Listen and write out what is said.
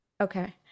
Okay